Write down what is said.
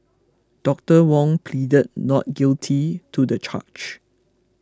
Doctor Wong pleaded not guilty to the charge